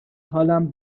حالم